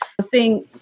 seeing